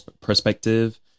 perspective